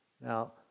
Now